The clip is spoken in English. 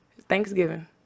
Thanksgiving